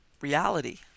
reality